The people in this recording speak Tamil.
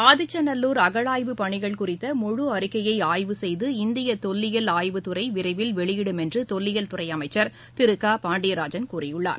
ஆதிச்சநல்லூர் அகழாய்வு பணிகள் குறித்த முழு அறிக்கையை ஆய்வு செய்து இந்திய தொல்லியல் ஆயுவுத்துறை விரவில் வெளியிடும் என்று தொல்லியல் துறை அமைச்சர் திரு க பாண்டியராஜன் கூறியுள்ளார்